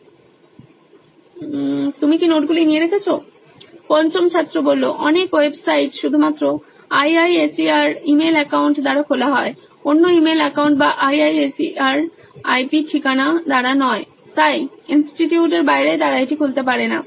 Student5 Many websites open by only IISER email account not by other email account or IISER IP address so outside of the institute they cannot open it পঞ্চম ছাত্র অনেক website শুধুমাত্র IISER email account দ্বারা খোলা হয় অন্য email account বা IISER IP ঠিকানা দ্বারা নয় তাই ইনস্টিটিউটের বাইরে তারা এটি খুলতে পারে না